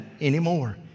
anymore